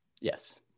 yes